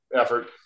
effort